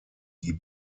die